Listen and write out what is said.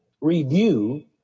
review